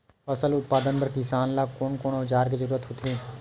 फसल उत्पादन बर किसान ला कोन कोन औजार के जरूरत होथे?